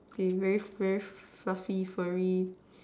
they very very fluffy furry